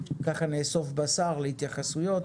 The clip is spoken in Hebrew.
ככה נאסוף בשר להתייחסויות.